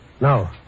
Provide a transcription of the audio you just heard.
No